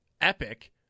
epic